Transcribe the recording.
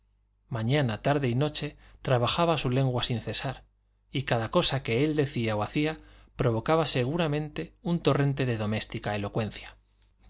mañana tarde y noche trabajaba su lengua sin cesar y cada cosa que él decía o hacía provocaba seguramente un torrente de doméstica elocuencia